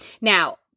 Now